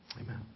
Amen